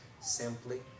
simply